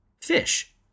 Fish